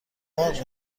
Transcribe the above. مرغ